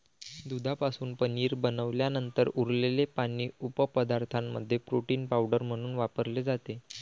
दुधापासून पनीर बनवल्यानंतर उरलेले पाणी उपपदार्थांमध्ये प्रोटीन पावडर म्हणून वापरले जाते